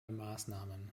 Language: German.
maßnahmen